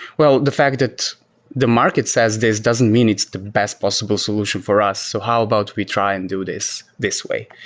well, the fact that the market says this doesn't mean it's the best possible solution for us. so how about we try and do this this way?